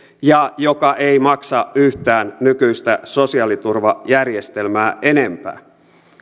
ja joka ei maksa yhtään nykyistä sosiaaliturvajärjestelmää enempää